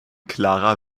klarer